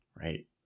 right